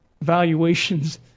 valuations